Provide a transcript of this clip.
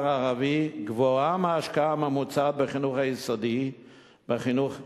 הערבי גבוהה מההשקעה הממוצעת בחינוך היסודי בחינוך העברי,